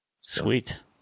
Sweet